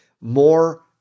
more